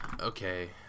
okay